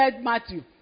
Matthew